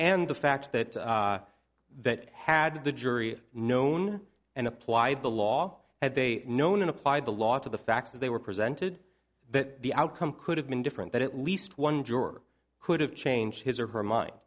the fact that that had the jury known and applied the law had they known and applied the law to the facts as they were presented that the outcome could have been different that at least one juror could have changed his or her mind